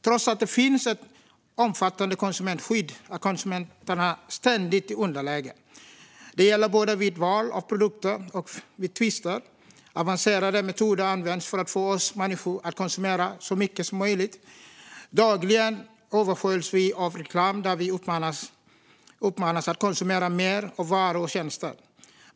Trots att det finns ett omfattande konsumentskydd är konsumenterna ständigt i underläge. Det gäller både vid val av produkter och vid tvister. Avancerade metoder används för att få oss människor att konsumera så mycket som möjligt. Dagligen översköljs vi av reklam där vi uppmanas att konsumera mer av varor och tjänster.